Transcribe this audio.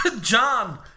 John